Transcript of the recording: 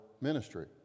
ministry